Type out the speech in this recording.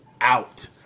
out